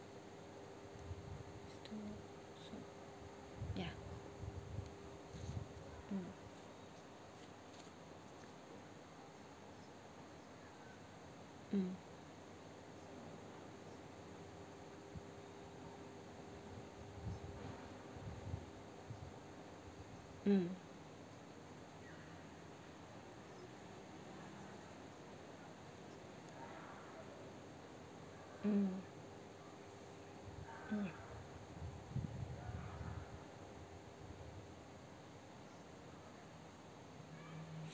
ya mm mm mm mm mm